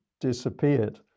disappeared